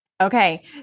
Okay